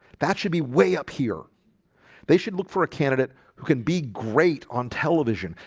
that should be way up here they should look for a candidate who can be great on television.